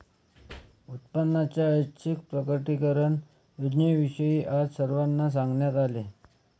उत्पन्नाच्या ऐच्छिक प्रकटीकरण योजनेविषयी आज सर्वांना सांगण्यात आले